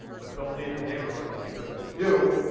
but don't leave the neighborhood because if you do,